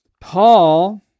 Paul